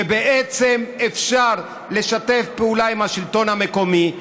שבעצם אפשר לשתף פעולה עם השלטון המקומי,